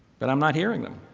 but i'm not hearing them.